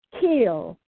kill